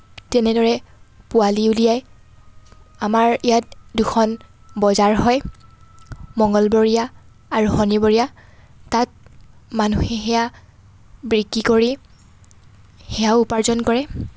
তেনেদৰে পোৱালি ওলিয়ায় আমাৰ ইয়াত দুখন বজাৰ হয় মংগলবৰীয়া আৰু শনিবৰীয়া তাত মানুহে সেয়া বিক্ৰী কৰি সেয়াও উপাৰ্জন কৰে